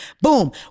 Boom